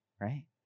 right